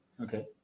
Okay